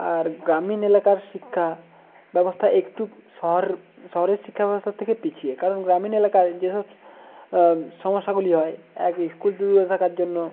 আর গ্রামীণ এলাকার শিক্ষা ব্যবস্থা একটু শহর শহরের শিক্ষা ব্যবস্থার থেকে পিছিয়ে কারণ গ্রামীণ এলাকার যে সব সমস্যাগুলি হয় এক স্কুল দূরে থাকার জন্য